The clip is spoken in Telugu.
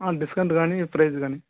డిస్కౌంట్ కానీ ప్రైస్ కానీ